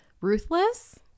ruthless